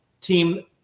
team